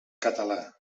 català